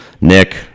Nick